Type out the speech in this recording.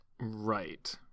Right